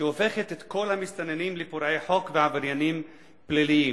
שהופכת את כל המסתננים לפורעי חוק ועבריינים פליליים,